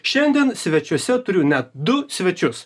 šiandien svečiuose turiu net du svečius